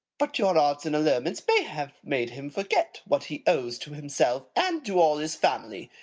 but your arts and allurements may have made him forget what he owes to himself and to all his family.